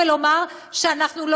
אומנם נותנים לנו אפשרות לומר שאנחנו לא